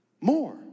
More